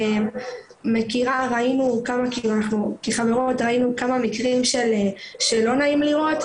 ראינו כמה מקרים שלא נעים לראות,